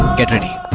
get ready